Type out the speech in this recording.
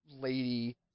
lady